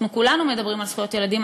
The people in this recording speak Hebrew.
אנחנו כולנו מדברים על זכויות ילדים,